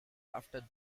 after